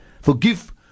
Forgive